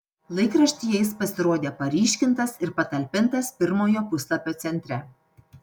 laikraštyje jis pasirodė paryškintas ir patalpintas pirmojo puslapio centre